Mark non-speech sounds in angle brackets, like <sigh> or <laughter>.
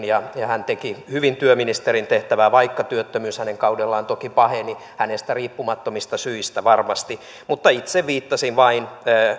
<unintelligible> ja hän hoiti hyvin työministerin tehtävää vaikka työttömyys hänen kaudellaan toki paheni hänestä riippumattomista syistä varmasti mutta itse viittasin vain